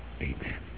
Amen